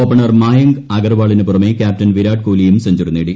opener Mayank അഗർവാളിന് പുറമേ captain Virat കോഹ്ലിയും സെഞ്ചറി നേടി